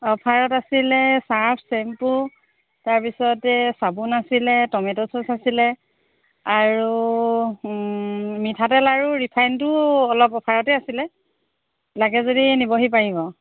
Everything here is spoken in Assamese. অফাৰত আছিলে চাৰ্ফ চেম্পু তাৰপিছতে চাবোন আছিলে টমেট' চ'চ আছিলে আৰু মিঠাতেল আৰু ৰিফাইনটো অলপ অফাৰতে আছিলে লাগে যদি নিবহি পাৰিব